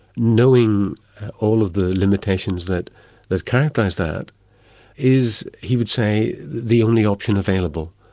knowing all of the limitations that that characterize that is he would say the only option available.